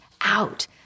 out